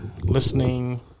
listening